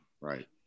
right